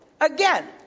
again